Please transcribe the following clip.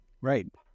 Right